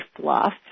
fluff